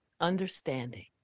Understanding